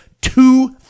two